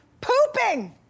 pooping